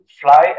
Fly